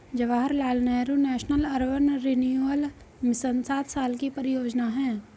Jawaharlal Nehru National Urban Renewal Mission सात साल की परियोजना है